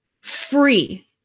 free